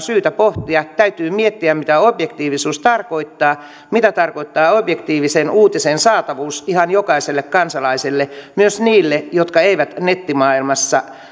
syytä pohtia täytyy miettiä mitä objektiivisuus tarkoittaa mitä tarkoittaa objektiivisen uutisen saatavuus ihan jokaiselle kansalaiselle myös niille jotka eivät nettimaailmassa